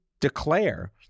declare